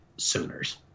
Sooners